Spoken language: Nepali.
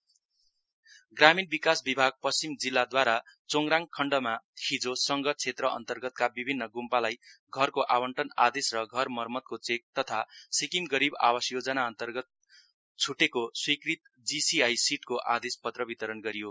हाउस अपग्रेडेसन ग्रामीण विकास विभाग पश्चिम जिल्लादूवारा चोङराङ खण्डमा हिजो संघ क्षेत्र अन्तर्गतका विभिन्न ग्म्पालाई घरको आवन्टन आदेश र घर मरमत्तीको चेक तथा सिक्किम गरिब आवास योजना अन्तर्गत छ्टेको स्वीकृत जीसीआई सिटको आदेश पत्र वितरण गरियो